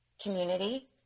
community